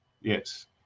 yes